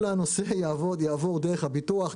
כל הנושא יעבור דרך הביטוח,